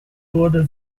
wurde